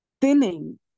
thinning